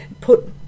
put